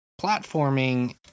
platforming